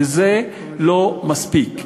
וזה לא מספיק.